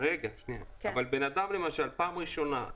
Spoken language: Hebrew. אבל בן אדם בפעם ראשונה,